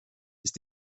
ist